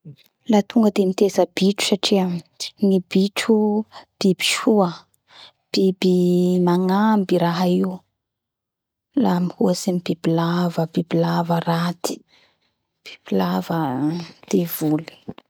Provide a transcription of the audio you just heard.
Miteza bitro gny tiako satria gny bitro ny bitro biby mahate hotia biby mitondra fahombiaza aminolo aminolo miteza azy